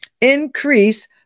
Increase